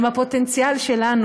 הם הפוטנציאל שלנו,